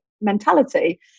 mentality